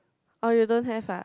oh you don't have ah